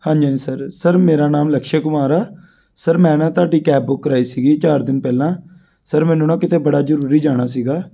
ਹਾਂਜੀ ਹਾਂਜੀ sir sir ਮੇਰਾ ਨਾਮ ਲਕਸ਼ੇ ਕੁਮਾਰ ਆ ਸਰ ਮੈਂ ਨਾ ਤੁਹਾਡੀ ਕੈਬ ਬੁੱਕ ਕਰਵਾਈ ਸੀਗੀ ਚਾਰ ਦਿਨ ਪਹਿਲਾਂ ਸਰ ਮੈਨੂੰ ਨਾ ਕਿਤੇ ਬੜਾ ਜ਼ਰੂਰੀ ਜਾਣਾ ਸੀਗਾ